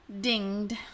Dinged